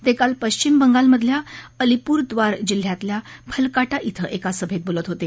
ते काल पश्चिम बंगालमधील अलिपूरव्वार जिल्ह्यातील फलकाटा इथं एका सभेत बोलत होते